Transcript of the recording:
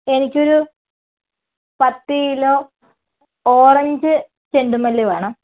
എനിക്കൊരു പത്തുകിലോ ഓറഞ്ച് ചെണ്ടുമല്ലി വേണം